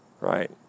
Right